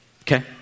Okay